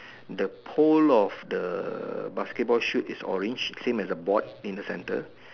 the pole of the basket shoot is orange same as the board in the centre